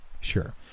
sure